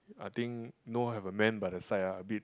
I think no have a man by the side ah a bit